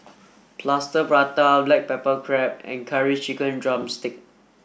plaster prata black pepper crab and curry chicken drumstick